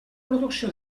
producció